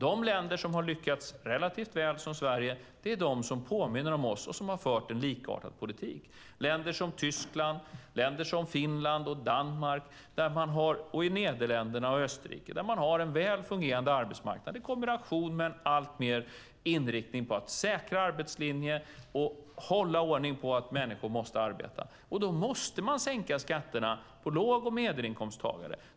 De länder som har lyckats relativt väl, som Sverige, är de som påminner om oss och som har fört en likartad politik. Det är länder som Tyskland, Finland, Danmark, Nederländerna och Österrike, där man har en väl fungerande arbetsmarknad i kombination med en allt större inriktning på att säkra arbetslinjen och hålla ordning på att människor måste arbeta. Då måste man sänka skatterna för låg och medelinkomsttagare.